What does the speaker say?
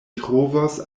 trovos